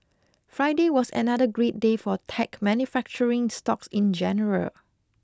Friday was another great day for tech manufacturing stocks in general